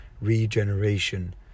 regeneration